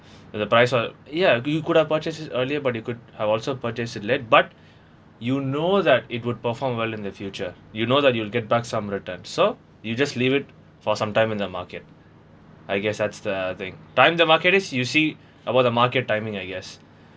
the price what ya you could have purchased it earlier but you could have also purchased it late but you know that it would perform well in the future you know that you'll get back some return so you just leave it for some time in the market I guess that's the thing time the market is you see about the market timing I guess